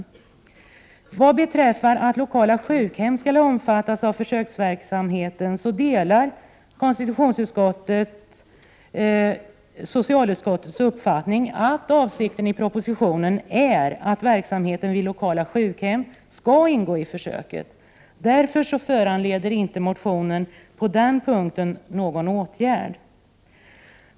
Beträffande önskemålet att lokala sjukhem skulle omfattas av försöksverksamheten delar konstitutionsutskottet socialutskottets uppfattning, dvs. att avsikten med propositionen är att verksamheten vid lokala sjukhem skall ingå i försöket. På den punkten föranleder således inte motionen någon åtgärd.